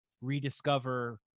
rediscover